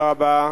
תודה רבה.